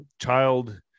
child